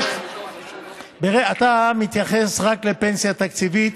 אתה מתייחס רק לפנסיה תקציבית,